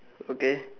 okay